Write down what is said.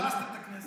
הרסתם את הכנסת.